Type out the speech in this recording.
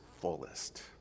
fullest